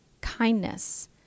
kindness